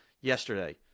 yesterday